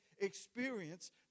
experience